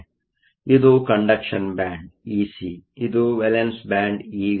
ಇದು ಕಂಡಕ್ಷನ್ ಬ್ಯಾಂಡ್Conduction band EC ಇದು ವೇಲೆನ್ಸ್ ಬ್ಯಾಂಡ್Valence band ಇವಿ ಆಗಿದೆ